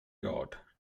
god